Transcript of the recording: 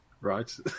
right